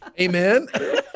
Amen